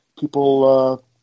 people